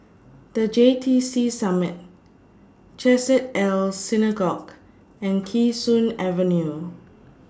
The J T C Summit Chesed El Synagogue and Kee Sun Avenue